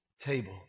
table